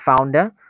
founder